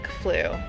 flu